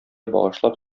багышлап